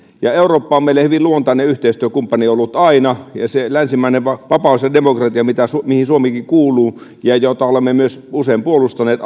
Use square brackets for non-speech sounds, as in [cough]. eurooppa on meille hyvin luontainen yhteistyökumppani ollut aina ja länsimainen vapaus ja demokratia mihin suomikin kuuluu ja joita olemme myös usein puolustaneet [unintelligible]